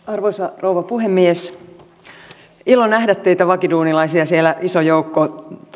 arvoisa rouva puhemies on ilo nähdä teitä vakiduunilaisia siellä iso joukko tuolta